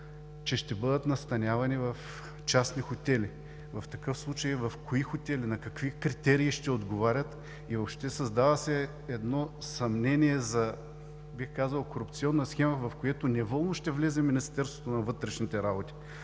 че ще бъдат настанявани в частни хотели. В такъв случай в кои хотели, на какви критерии ще отговарят? И въобще създава се едно съмнение за, бих казал, корупционна схема, в която неволно ще влезе Министерството на вътрешните работи.